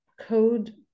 code